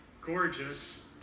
gorgeous